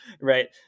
Right